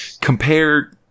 compare